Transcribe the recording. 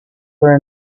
were